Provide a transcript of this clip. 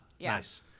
Nice